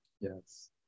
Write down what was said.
Yes